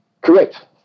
Correct